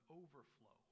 overflow